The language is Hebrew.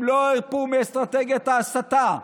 הם לא הרפו מאסטרטגיית ההסתה,